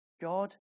God